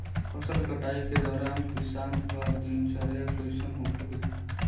फसल कटाई के दौरान किसान क दिनचर्या कईसन होखे के चाही?